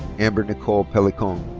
amber nicole pellicone.